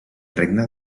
regne